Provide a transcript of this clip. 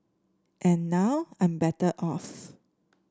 and now I'm better off